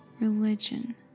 religion